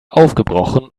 aufgebrochen